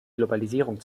globalisierung